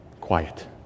quiet